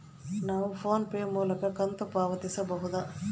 ನಾವು PhonePe ಮೂಲಕ ಕಂತು ಪಾವತಿಸಬಹುದಾ?